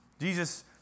Jesus